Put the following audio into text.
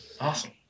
Awesome